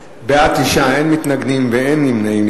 בעד, 9, אין מתנגדים ואין נמנעים.